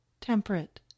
temperate